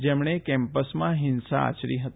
જેમણે કેમ્પસમાં હિંસા આચરી હતી